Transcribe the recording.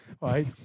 right